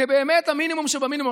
זה באמת מינימום שבמינימום.